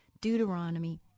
Deuteronomy